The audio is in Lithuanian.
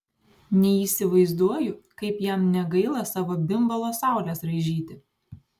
neįsivaizduoju kaip jam negaila savo bimbalo saules raižyti